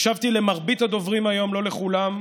הקשבתי למרבית הדוברים היום, לא לכולם.